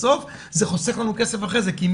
בסוף זה חוסך לנו כסף אחרי זה כי אם